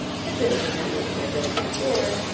had been presented to her just before,